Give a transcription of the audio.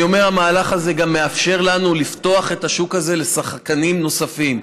המהלך הזה גם מאפשר לנו לפתוח את השוק הזה לשחקנים נוספים.